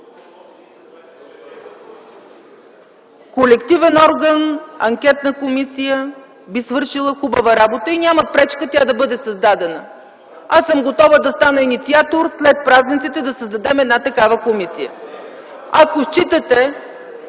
Колективен орган, анкетна комисия би свършила хубава работа и няма пречка тя да бъде създадена. Аз съм готова да стана инициатор след празници да създадем една такава комисия. (Реплики